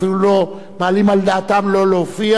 ואפילו לא מעלים על דעתם לא להופיע,